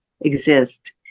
exist